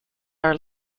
are